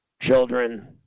children